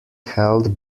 held